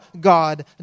God